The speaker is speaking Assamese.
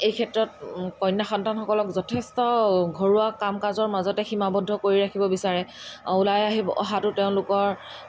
এই ক্ষেত্ৰত কন্য়া সন্তানসকলক যথেষ্ট ঘৰুৱা কাম কাজত মাজতে সীমাৱদ্ধ কৰি ৰাখিব বিচাৰে ওলাই আহিব অহাটো তেওঁলোকৰ